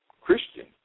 Christian